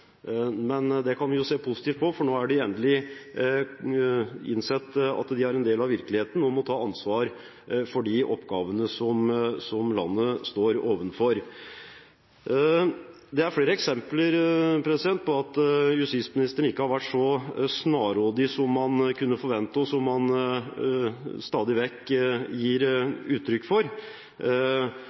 Men det kan vi se positivt på, for nå har de endelig innsett at de er en del av virkeligheten og må ta ansvar for de oppgavene som landet står overfor. Det er flere eksempler på at justisministeren ikke har vært så snarrådig som man kunne forvente, og som han stadig vekk gir uttrykk for.